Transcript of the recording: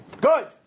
Good